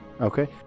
Okay